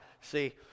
see